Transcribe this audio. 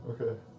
Okay